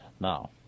Now